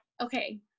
Okay